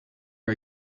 for